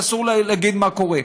שאסור להגיד מה קורה.